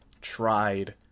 tried